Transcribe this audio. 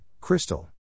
Crystal